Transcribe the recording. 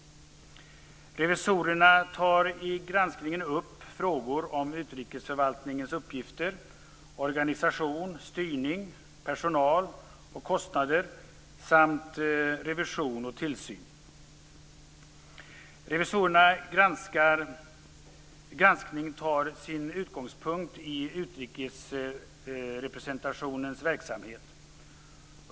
Revisorerna tar i granskningen upp frågor kring utrikesförvaltningens uppgifter, organisation, styrning, personal och kostnader samt revision och tillsyn. Revisorernas granskning tar sin utgångspunkt i utrikesrepresentationens verksamhet.